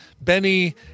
Benny